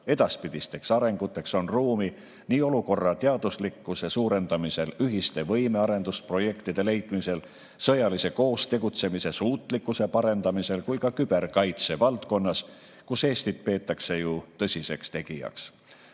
Edaspidisteks arenguteks on ruumi nii olukorrateaduslikkuse suurendamisel, ühiste võimearendusprojektide leidmisel, sõjalise koostegutsemise suutlikkuse parendamisel kui ka küberkaitsevaldkonnas, kus Eestit peetakse ju tõsiseks